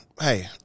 Hey